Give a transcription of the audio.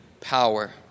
power